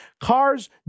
cars